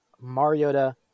Mariota